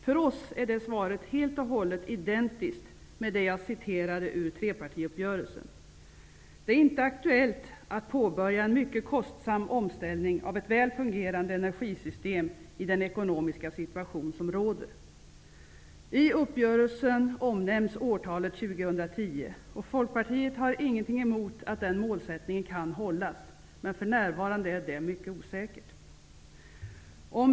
För oss är svaret helt och hållet identiskt med det jag citerade ur trepartiuppgörelsen. Det är inte aktuellt att påbörja en mycket kostsam omställning av ett väl fungerande energisystem i den ekonomiska situation som råder. I uppgörelsen omnämns årtalet 2010. Folkpartiet har ingenting emot att den målsättningen kan hållas. För närvarande är det dock mycket osäkert.